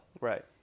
Right